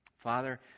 Father